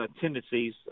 tendencies